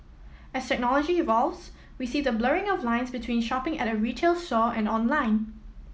as technology evolves we see the blurring of lines between shopping at a retail store and online